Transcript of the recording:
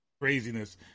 Craziness